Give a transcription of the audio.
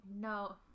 no